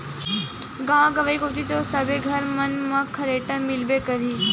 गाँव गंवई कोती तो सबे घर मन म खरेटा मिलबे करही